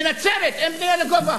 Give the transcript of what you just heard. בנצרת אין בנייה לגובה?